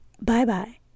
Bye-bye